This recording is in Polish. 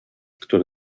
które